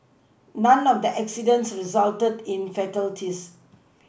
none of the accidents resulted in fatalities